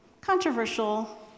controversial